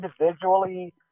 individually